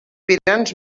aspirants